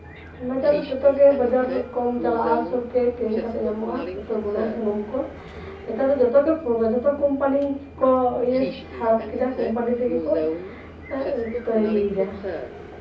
ᱵᱟᱡᱟᱨ ᱨᱮ ᱡᱚᱛᱚᱜᱮ ᱵᱟᱡᱟᱨ ᱨᱮ ᱠᱚᱢ ᱪᱟᱞᱟᱜᱼᱟ ᱥᱚᱵᱜᱮ ᱠᱤᱨᱤᱧ ᱠᱟᱛᱮ ᱧᱟᱢᱚᱜᱼᱟ ᱩᱛᱩ ᱵᱩᱞᱩᱝ ᱥᱩᱱᱩᱢ ᱠᱚ ᱱᱮᱛᱟᱨ ᱫᱚ ᱡᱚᱛᱚᱜᱮ ᱠᱚᱢᱟ ᱡᱚᱛᱚ ᱠᱳᱢᱯᱟᱱᱤ ᱠᱚ ᱦᱟᱲᱚᱜ ᱠᱮᱫᱟ ᱠᱳᱢᱯᱟᱱᱤ ᱛᱮᱜᱮ ᱠᱚ ᱛᱳᱭᱨᱤᱭᱮᱫᱟ